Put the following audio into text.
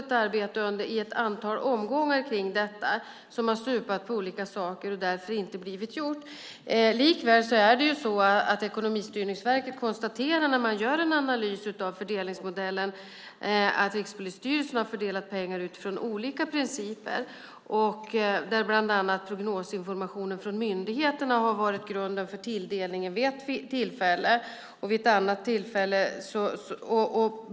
Ett arbete har ju pågått i ett antal omgångar kring detta, men det har stupat på olika saker och därför har det här inte blivit gjort. Likväl konstaterar Ekonomistyrningsverket i en analys av fördelningsmodellen att Rikspolisstyrelsen har fördelat pengar utifrån olika principer. Bland annat prognosinformationen från myndigheterna har varit grunden för tilldelning vid ett tillfälle.